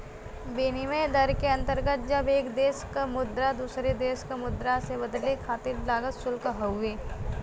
विनिमय दर के अंतर्गत जब एक देश क मुद्रा दूसरे देश क मुद्रा से बदले खातिर लागल शुल्क हउवे